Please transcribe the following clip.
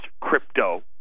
crypto